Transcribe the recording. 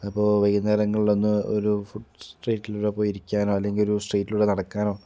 അപ്പോൾ വൈകുന്നേരങ്ങളിലൊന്ന് ഒരു ഫുഡ് സ്ട്രീറ്റിൽ പോയിരിക്കാനോ അല്ലെങ്കിൽ സ്ട്രീറ്റിലൂടെ നടക്കാനോ